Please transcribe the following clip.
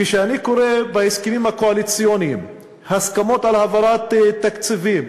כשאני קורא בהסכמים הקואליציוניים הסכמות על העברת תקציבים,